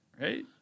right